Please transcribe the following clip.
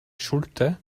schulte